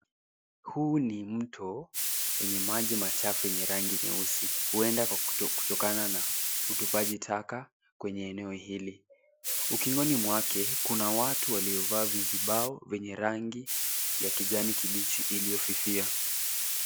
Huu ni mto wenye maji machafu yenye rangi nyeusi huenda kwa kutokana na utupaji taka kwenye eneo hili. Ukingoni mwake kuna watu waliovaa vizibao vyenye rangi ya kijani kibichi iliyofifia.